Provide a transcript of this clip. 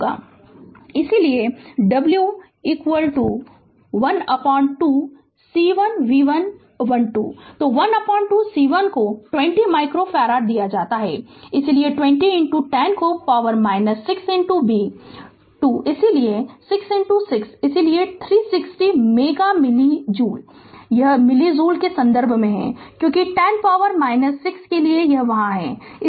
Refer Slide Time 3325 इसलिए w 1 12 c 1 v 1 2 तो 12 c 1 को 20 माइक्रो फैराड दिया जाता है इसलिए 20 10 को पॉवर 6 b 2 इसलिए 6 6 इसलिए 360 मेगा मिली मिली जूल यह मिली जूल के संदर्भ में है क्योंकि 10 पॉवर 6 के लिए वहाँ है